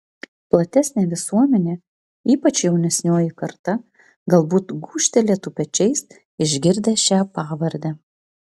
platesnė visuomenė ypač jaunesnioji karta galbūt gūžtelėtų pečiais išgirdę šią pavardę